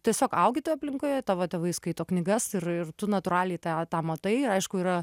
tiesiog augi toj aplinkoje tavo tėvai skaito knygas ir ir tu natūraliai tą tą matai aišku yra